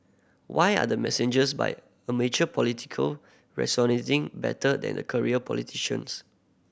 why are the messengers by amateur political better than the career politicians